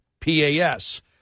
PAS